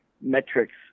metrics